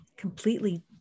Completely